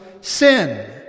sin